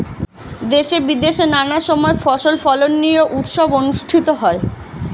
দেশে বিদেশে নানা সময় ফসল ফলন নিয়ে উৎসব অনুষ্ঠিত হয়